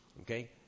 Okay